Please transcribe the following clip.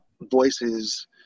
voices